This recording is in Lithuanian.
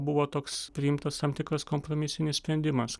buvo toks priimtas tam tikras kompromisinis sprendimas